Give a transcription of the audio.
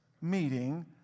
meeting